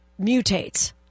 mutates